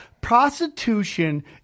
prostitution